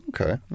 Okay